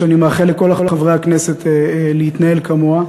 שאני מאחל לכל חברי הכנסת להתנהל כמוה.